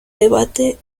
debate